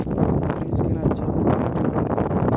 Fridge কেনার জন্য কি লোন পাব?